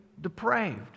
depraved